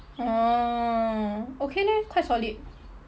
oh okay leh quite solid